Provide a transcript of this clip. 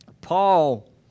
Paul